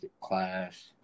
class